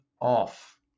off